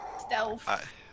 Stealth